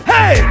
Hey